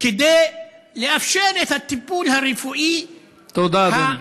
כדי לאפשר את הטיפול הרפואי, תודה, אדוני.